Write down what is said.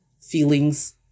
feelings